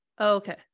okay